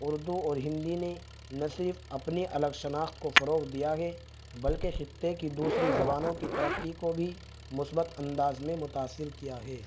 اردو اور ہندی نے نہ صرف اپنی الگ شناخت کو فروغ دیا ہے بلکہ خطے کی دوسری زبانوں کی ترقی کو بھی مثبت انداز میں متأثر کیا ہے